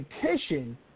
petition